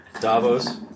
Davos